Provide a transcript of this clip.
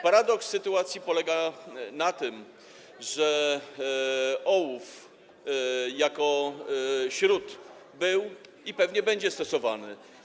Paradoks sytuacji polega na tym, że ołów jako śrut był i pewnie będzie stosowany.